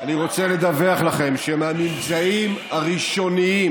אני רוצה לדווח לכם שמהממצאים הראשוניים,